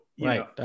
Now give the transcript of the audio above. Right